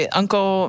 uncle